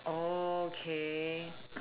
okay